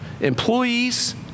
Employees